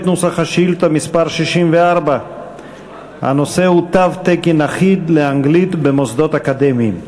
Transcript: נוסח שאילתה מס' 64. הנושא הוא: תו תקן אחיד לאנגלית במוסדות אקדמיים.